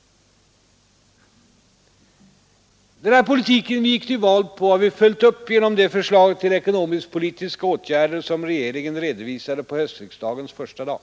Den politik vi gick till val på har vi följt upp genom det förslag till ekonomisk-politiska åtgärder som regeringen redovisade på höstriksdagens första dag.